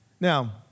Now